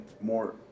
more